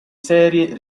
serie